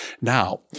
now